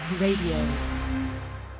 Radio